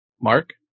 Mark